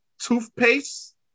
toothpaste